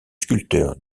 sculpteur